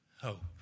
hope